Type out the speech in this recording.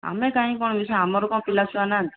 ଆମେ କାଇଁ କ'ଣ ମିଶେଇବୁ ଆମର କ'ଣ ପିଲା ଛୁଆ ନାହାନ୍ତି